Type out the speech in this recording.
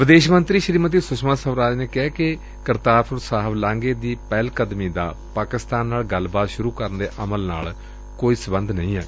ਵਿਦੇਸ਼ ਮੰਤਰੀ ਸ੍ਰੀਮਤੀ ਸੁਸ਼ਮਾ ਸਵਰਾਜ ਨੇ ਕਿਹੈ ਕਿ ਕਰਤਾਰਪੁਰ ਸਾਹਿਬ ਲਾਘੇ ਦੀ ਪਹਿਲ ਕਦਮੀ ਦਾ ਪਾਕਿਸਤਾਨ ਨਾਲ ਗੱਲਬਾਤ ਸੁਰੂ ਕਰਨ ਦੇ ਅਮਲ ਨਾਲ ਕੋਈ ਸਬੰਧ ਨਹੀਂ ਏ